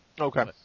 Okay